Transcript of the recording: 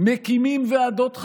מקימים ועדות חדשות.